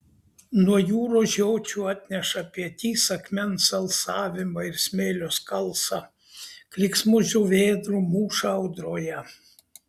nuo jūros žiočių atneša pietys akmens alsavimą ir smėlio skalsą klyksmus žuvėdrų mūšą audroje